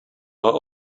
are